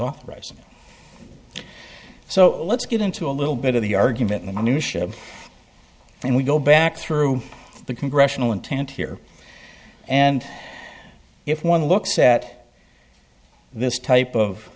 authorized so let's get into a little bit of the argument in the new ship and we go back through the congressional intent here and if one looks at this type of